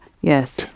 yes